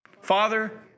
Father